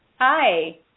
Hi